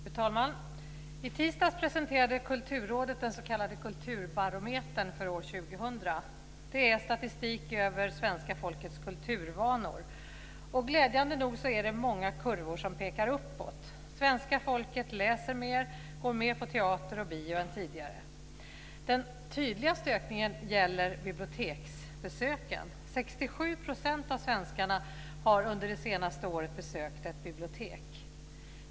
Fru talman! I tisdags presenterade Kulturrådet den s.k. Kulturbarometern för år 2000. Det är statistik över svenska folkets kulturvanor. Glädjande nog är det många kurvor som pekar uppåt. Svenska folket läser mer och går mer på teater och bio än tidigare. Den tydligaste ökningen gäller biblioteksbesöken. 67 % av svenskarna har under det senaste året besökt ett bibliotek.